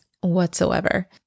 whatsoever